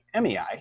MEI